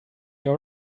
your